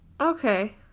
Okay